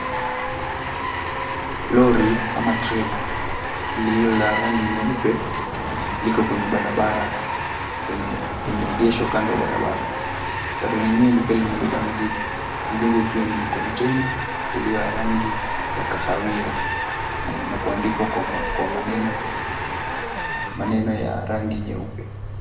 Lori ama trela lililo la rangi nyeupe liko kwenye barabara, limeegeshwa kando ya barabara, lori lenyewe likiwa limebeba mzigo, mzigo ukiwa ni kontena iliyo ya rangi ya kahawia na kuandikwa kwa maneno ya rangi nyeupe.